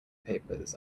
papers